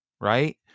right